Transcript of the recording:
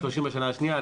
30 בשנה השנייה,